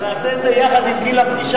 ונעשה את זה ביחד עם גיל הפרישה,